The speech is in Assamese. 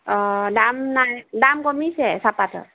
অঁ দাম নাই দাম কমিছে চাহ পাতৰ